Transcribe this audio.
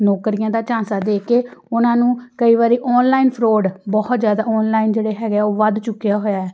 ਨੌਕਰੀਆਂ ਦਾ ਝਾਂਸਾ ਦੇ ਕੇ ਉਹਨਾਂ ਨੂੰ ਕਈ ਵਾਰੀ ਓਨਲਾਈਨ ਫਰੋਡ ਬਹੁਤ ਜ਼ਿਆਦਾ ਓਨਲਾਈਨ ਜਿਹੜੇ ਹੈਗੇ ਆ ਉਹ ਵੱਧ ਚੁੱਕਿਆ ਹੋਇਆ